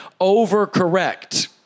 overcorrect